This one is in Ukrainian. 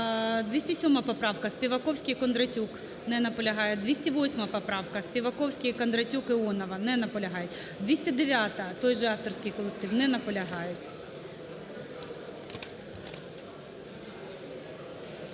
207 поправка, Співаковський, Кондратюк. Не наполягають. 208 поправка, Співаковський, Кондратюк, Іонова. Не наполягають. 209-а, той же авторський колектив. Не наполягають.